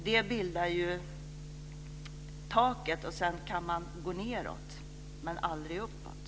Den utgör taket, och sedan kan man gå nedåt men aldrig uppåt.